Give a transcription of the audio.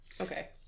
Okay